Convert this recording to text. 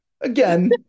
Again